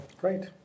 Great